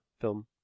film